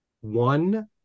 one